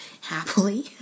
happily